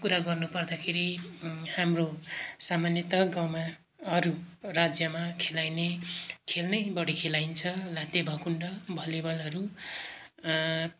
कुरा गर्नुपर्दाखेरि हाम्रो सामान्यतः गाउँमा अरू राज्यमा खेलाइने खेल नै बढी खेलाइन्छ लाते भकुन्डो भलिबलहरू